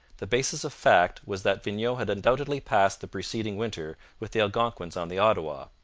the basis of fact was that vignau had undoubtedly passed the preceding winter with the algonquins on the ottawa.